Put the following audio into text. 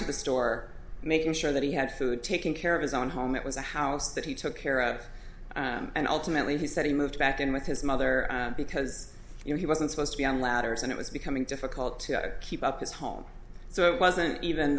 to the store making sure that he had food taking care of his own home that was a house that he took care of and ultimately he said he moved back in with his mother because you know he wasn't supposed to be on ladders and it was becoming difficult to keep up his home so it wasn't even